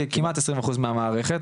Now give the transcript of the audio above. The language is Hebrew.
כמעט עשרים אחוז מהמערכת,